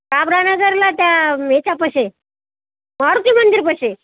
काबरा नगरला त्या याच्यापाशी मारुती मंदिरपाशी